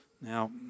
Now